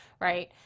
right